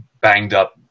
banged-up